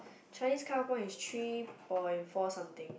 Chinese cut off point is three point four something